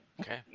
Okay